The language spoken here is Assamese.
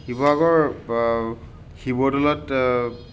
শিৱসাগৰ শিৱদৌলত